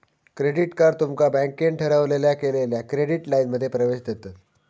credit card तुमका बँकेन ठरवलेल्या केलेल्या क्रेडिट लाइनमध्ये प्रवेश देतत